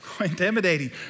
Intimidating